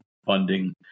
funding